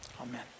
Amen